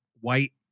white